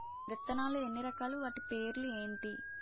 విత్తనాలు ఎన్ని రకాలు, వాటి పేర్లు ఏంటి?